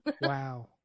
Wow